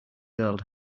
girl